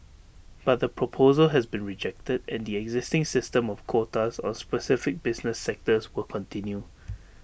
but the proposal has been rejected and the existing system of quotas on specific business sectors will continue